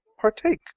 partake